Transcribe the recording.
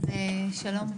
אז שלום,